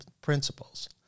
principles